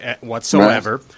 whatsoever